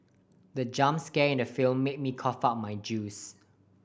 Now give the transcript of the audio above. the jump scare in the film made me cough out my juice